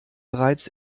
bereits